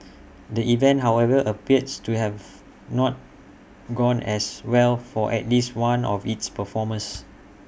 the event however appears to have not gone as well for at least one of its performers